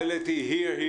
אתך.